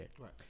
Right